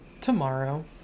tomorrow